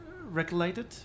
regulated